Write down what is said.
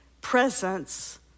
presence